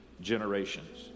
generations